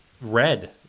red